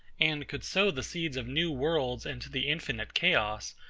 and could sow the seeds of new worlds into the infinite chaos,